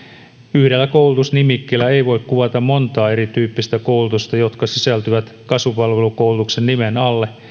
yhdellä koulutusnimikkeellä ei voi kuvata montaa erityyppistä koulutusta jotka sisältyvät kasvupalvelukoulutuksen nimen alle